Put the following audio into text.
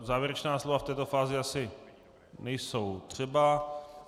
Závěrečná slova v této fázi asi nejsou třeba.